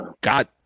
God